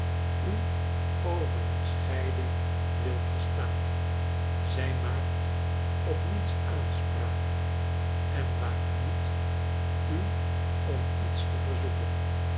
u over een scheiding wilt verstaan zij maakt op niets aanspraak en waagt niet u om iets te verzoeken